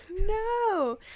no